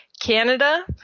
Canada